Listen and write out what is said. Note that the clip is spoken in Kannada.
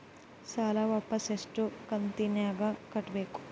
ಸಾಲ ವಾಪಸ್ ಎಷ್ಟು ಕಂತಿನ್ಯಾಗ ಕಟ್ಟಬೇಕು?